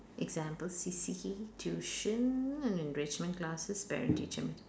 example C_C_A tuition and enrichment classes parent teacher